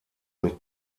mit